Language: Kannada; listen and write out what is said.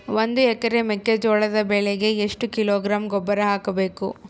ಒಂದು ಎಕರೆ ಮೆಕ್ಕೆಜೋಳದ ಬೆಳೆಗೆ ಎಷ್ಟು ಕಿಲೋಗ್ರಾಂ ಗೊಬ್ಬರ ಹಾಕಬೇಕು?